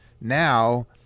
now